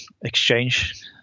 exchange